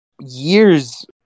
years